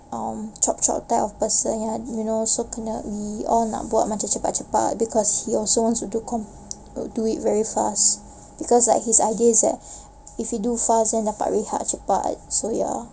um chop chop type of person ya you know so kena we all nak buat macam cepat-cepat because he also wants to do it very fast because his idea is that if we do fast then dapat rehat cepat so ya